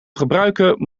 gebruiken